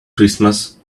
christmas